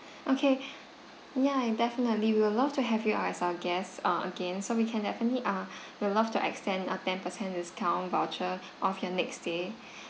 okay ya I definitely we will love to have you all as our guests ah again so we can have any ah we'll love to extend a ten percent discount voucher off your next stay